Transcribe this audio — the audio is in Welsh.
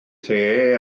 the